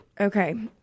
Okay